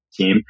team